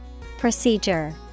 Procedure